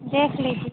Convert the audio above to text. देख लीजिए